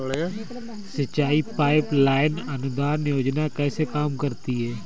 सिंचाई pipe line अनुदान योजना कैसे काम करती है?